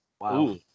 Wow